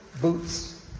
boots